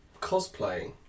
cosplaying